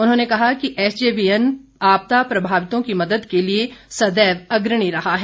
उन्होंने कहा कि एसजेवीएन आपदा प्रभावितों की मदद के लिए सदैव अग्रणी रहा है